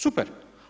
Super.